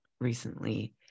recently